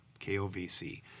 KOVC